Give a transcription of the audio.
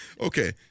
Okay